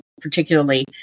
particularly